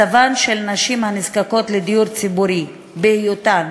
מצבן של נשים הנזקקות לדיור ציבורי, בהיותן